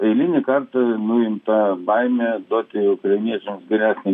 eilinį kartą nuimta baimė duoti ukrainiečiams geresnį